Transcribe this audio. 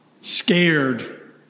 scared